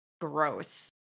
growth